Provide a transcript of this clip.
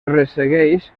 ressegueix